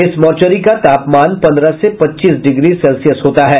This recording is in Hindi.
इस मोर्चरी का तापमान पन्द्रह से पच्चीस डिग्री सेल्सियस होता है